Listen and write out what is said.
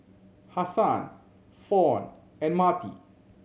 Hassan Fawn and Marty